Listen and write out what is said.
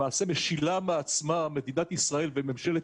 למעשה משילה מעצמה מדינת ישראל וממשלת